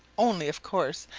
only of course,